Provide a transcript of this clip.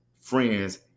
friend's